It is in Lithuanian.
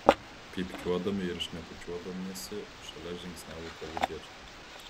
pypkiuodami ir šnekučiuodamiesi šalia žingsniavo kolūkiečiai